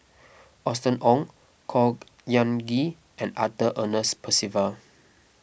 Austen Ong Khor Ean Ghee and Arthur Ernest Percival